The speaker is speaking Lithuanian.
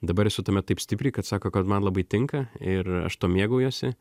dabar esu tame taip stipriai kad sako kad man labai tinka ir aš tuo mėgaujuosi